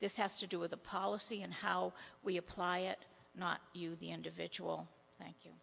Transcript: this has to do with the policy and how we apply it not you the individual th